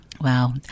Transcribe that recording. Wow